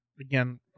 again